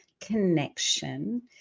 connection